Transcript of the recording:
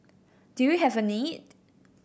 do you have a need